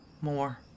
More